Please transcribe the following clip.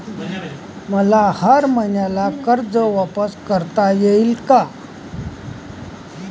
मले हर मईन्याले कर्ज वापिस करता येईन का?